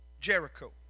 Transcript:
Jericho